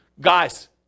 guys